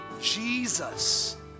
Jesus